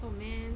oh man